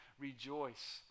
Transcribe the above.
Rejoice